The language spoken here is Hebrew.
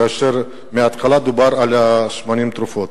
כאשר בהתחלה דובר על 80 תרופות.